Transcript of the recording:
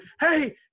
Hey